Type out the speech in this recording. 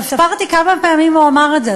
ספרתי כמה פעמים הוא אמר את זה.